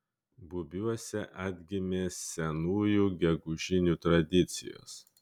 bubiuose atgimė senųjų gegužinių tradicijos